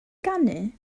ganu